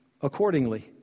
accordingly